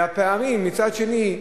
והפערים מצד שני,